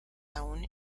aún